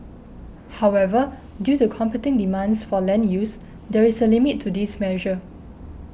however due to competing demands for land use there is a limit to this measure